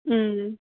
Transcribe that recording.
ꯎꯝ